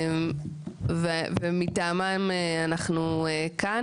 ומטעמם אנחנו כאן.